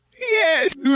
Yes